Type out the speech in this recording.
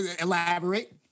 Elaborate